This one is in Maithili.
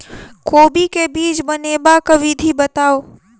कोबी केँ बीज बनेबाक विधि बताऊ?